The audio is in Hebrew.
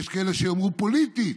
יש כאלה שיאמרו פוליטית.